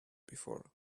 before